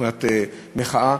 בבחינת מחאה,